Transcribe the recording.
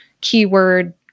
keyword